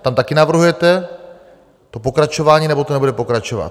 Tam také navrhujete pokračování, nebo to nebude pokračovat?